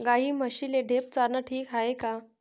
गाई म्हशीले ढेप चारनं ठीक हाये का?